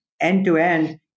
end-to-end